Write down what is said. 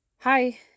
Hi